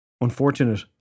Unfortunate